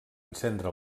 encendre